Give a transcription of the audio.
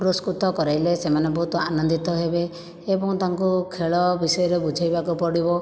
ପୁରସ୍କୃତ କରାଇଲେ ସେମାନେ ବହୁତ ଆନନ୍ଦିତ ହେବେ ଏବଂ ତାଙ୍କୁ ଖେଳ ବିଷୟରେ ବୁଝାଇବାକୁ ପଡ଼ିବ